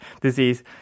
disease